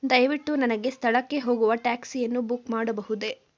ದಯವಿಟ್ಟು ನನಗೆ ಸ್ಥಳಕ್ಕೆ ಹೋಗುವ ಟ್ಯಾಕ್ಸಿಯನ್ನು ಬುಕ್ ಮಾಡಬಹುದೇ